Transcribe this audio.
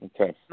Okay